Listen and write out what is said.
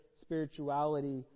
spirituality